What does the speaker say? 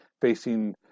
facing